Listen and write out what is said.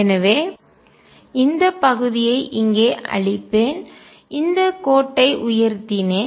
எனவே இந்த பகுதியை இங்கே அழிப்பேன் இந்த கோட்டை வரியை உயர்த்தினேன்